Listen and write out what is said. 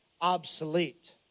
obsolete